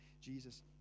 jesus